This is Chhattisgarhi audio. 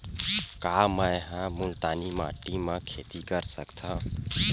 का मै ह मुल्तानी माटी म खेती कर सकथव?